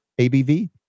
ABV